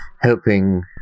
helping